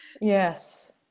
Yes